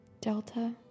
Delta